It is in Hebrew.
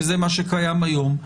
שזה מה שקיים היום,